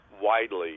widely